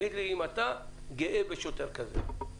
תגיד לי אם אתה גאה בשוטר כזה.